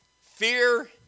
fear